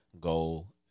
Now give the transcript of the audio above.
goal